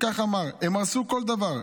כך הוא אמר: הם הרסו כל דבר.